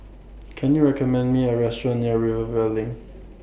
Can YOU recommend Me A Restaurant near Rivervale LINK